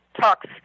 talks